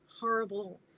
horrible